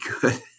good